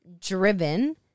driven